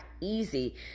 easy